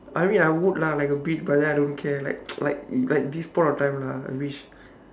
I mean I would lah like a bit but then I don't care like like like this point of time lah I wish